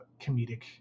comedic